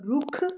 ਰੁੱਖ